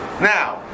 Now